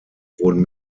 wurden